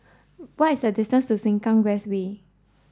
what is the distance to Sengkang West Way